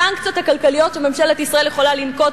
הסנקציות הכלכליות שממשלת ישראל יכולה לנקוט